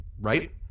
right